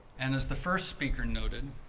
and as the first speaker noted,